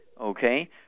okay